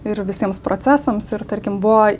ir visiems procesams ir tarkim buvo